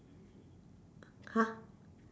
!huh!